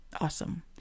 awesome